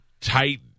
tight